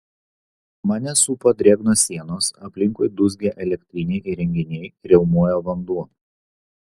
mane supo drėgnos sienos aplinkui dūzgė elektriniai įrenginiai riaumojo vanduo